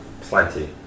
plenty